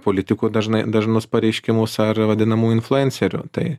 politikų dažnai dažnus pareiškimus ar vadinamų influencerių tai